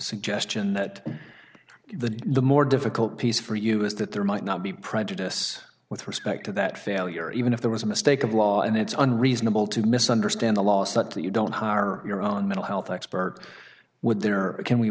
suggestion that the the more difficult piece for you is that there might not be prejudice with respect to that failure even if there was a mistake of law and it's unreasonable to misunderstand the law such that you don't know who are your own mental health expert with there or can we